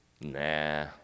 nah